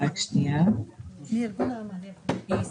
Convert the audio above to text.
קבוצה גדולה של נשים